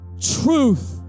truth